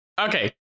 Okay